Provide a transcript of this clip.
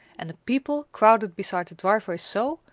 and the people crowded beside the driveway so,